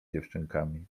dziewczynkami